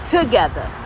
Together